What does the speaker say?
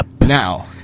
now